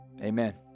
Amen